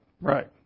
Right